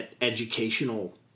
educational